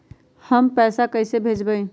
हम पैसा कईसे भेजबई?